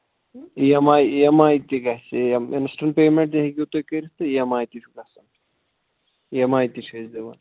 E M I E M I تہِ گژھِ یِم اِنَسٹنٛٹ پیمٮ۪نٛٹ تہِ ہیٚکِو تُہۍ کٔرِتھ تہٕ ای اٮ۪م آی تہِ چھُ گژھان ای اٮ۪م آی تہِ چھِ أسۍ دِوان